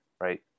right